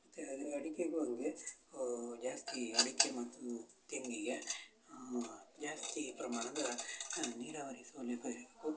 ಮತ್ತು ಅದು ಅಡಕೆಗೂ ಹಾಗೇ ಜಾಸ್ತಿ ಅಡಕೆ ಮತ್ತು ತೆಂಗಿಗೆ ಜಾಸ್ತಿ ಪ್ರಮಾಣದ ನೀರಾವರಿ ಸೌಲಭ್ಯ ಬೇಕು